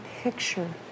picture